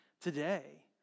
today